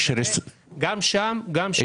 גם שם --- יש